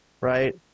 right